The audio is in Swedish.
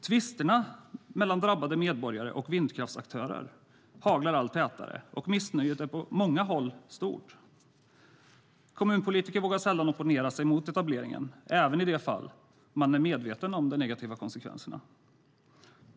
Tvisterna mellan drabbade medborgare och vindkraftsaktörer haglar allt tätare, och missnöjet är på många håll stort. Kommunpolitiker vågar sällan opponera sig mot etableringen, även i de fall man är medveten om de negativa konsekvenserna.